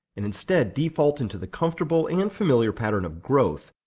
and instead default into the comfortable and familiar pattern of growth,